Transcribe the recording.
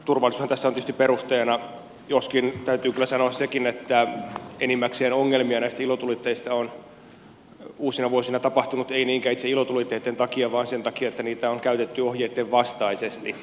turvallisuushan tässä on tietysti perusteena joskin täytyy kyllä sanoa sekin että enimmäkseen ongelmia näistä ilotulitteista on uusinavuosina tapahtunut ei niinkään itse ilotulitteitten takia vaan sen takia että niitä on käytetty ohjeitten vastaisesti